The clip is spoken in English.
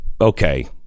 okay